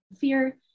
fear